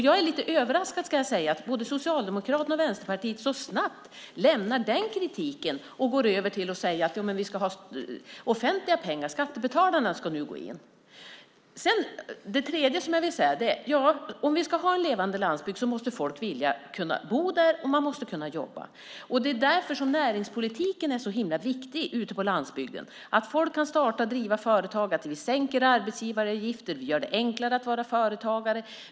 Jag är lite överraskad, ska jag säga, över att både Socialdemokraterna och Vänsterpartiet så snabbt lämnar den kritiken och går över till att säga att vi ska ha offentliga pengar och att skattebetalarna ska in. För det tredje: Om vi ska ha en levande landsbygd måste folk vilja och kunna bo där, och de måste kunna jobba. Det är därför näringspolitiken är så himla viktig ute på landsbygden. Folk ska kunna starta och driva företag. Vi sänker arbetsgivaravgifter och gör det enklare att vara företagare.